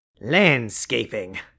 ...landscaping